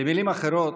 במילים אחרות,